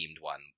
one